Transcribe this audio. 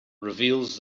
reveals